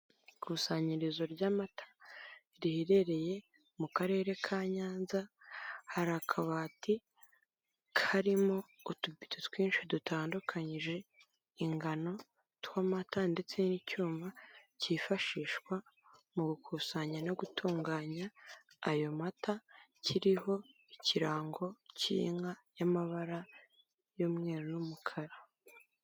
Ikusanyirizo ry'amata riherereye mu karere ka Nyanza, hari akabati karimo utubido twinshi dutandukanyije ingano tw'amata ndetse n'icyuma cyifashishwa mu gukusanya no gutunganya ayo mata, kiriho ikirango cy'inka y'amabara y'umweru n'umukara.